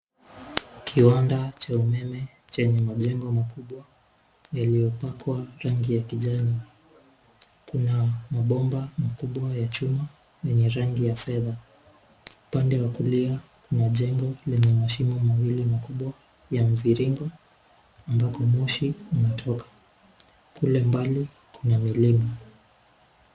Kiwanda cha umeme chenye majengo makubwa lililopakwa rangi ya kijani. Kuna mabomba makubwa ya chuma yenye rangi ya fedha. Upande wa kulia kuna jengo lenye mashimo mawili makubwa ya mviringo ambako moshi inatoka. Kule mbali kuna milima.